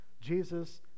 Jesus